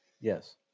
Yes